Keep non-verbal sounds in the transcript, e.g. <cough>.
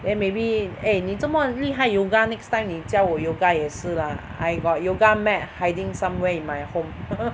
then maybe eh 你这么厉害 yoga next time 你教我 yoga 也是 lah I got yoga mat hiding somewhere in my home <laughs>